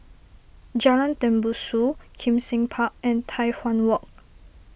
Jalan Tembusu Kim Seng Park and Tai Hwan Walk